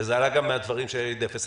וזה עלה גם מן הדברים של אלי דפס.